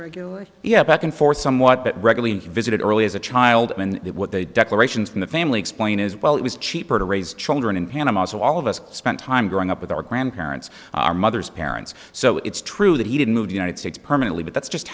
three yeah back and forth somewhat regularly visited early as a child and that what they declarations from the family explain is while it was cheaper to raise children in panama so all of us spent time growing up with our grandparents our mother's parents so it's true that he didn't move the united states permanently but that's just